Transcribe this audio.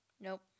Nope